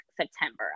September